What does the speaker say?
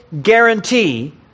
guarantee